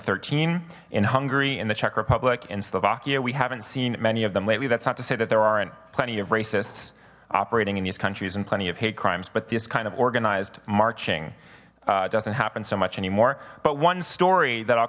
thirteen in hungary in the czech republic in slovakia we haven't seen many of them lately that's not to say that there aren't plenty of racists operating in these countries and plenty of hate crimes but this kind of organized marching it doesn't happen so much anymore but one story that i'll